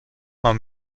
man